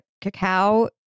cacao